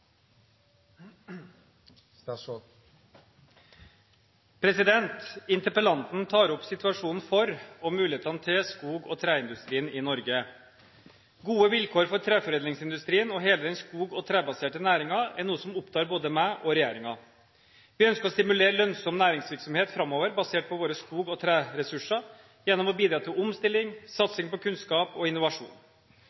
Interpellanten tar opp situasjonen for og mulighetene til skog- og treindustrien i Norge. Gode vilkår for treforedlingsindustrien og hele den skog- og trebaserte næringen er noe som opptar både meg og regjeringen. Vi ønsker å stimulere lønnsom næringsvirksomhet framover basert på våre skog- og treressurser gjennom å bidra til omstilling,